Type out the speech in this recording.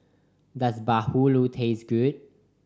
does bahulu taste good